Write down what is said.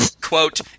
quote